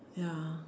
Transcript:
ya